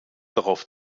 darauf